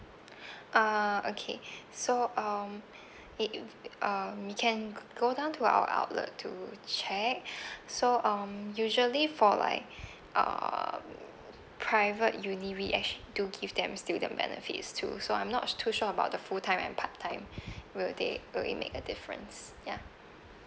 uh okay so um it um you can go down to our outlet to check so um usually for like uh private uni we actually do give them student benefits too so I'm not too sure about the full time and part-time will they will it make a difference ya